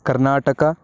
Karnataka